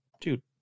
dude